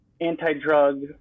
anti-drug